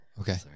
okay